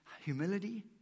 humility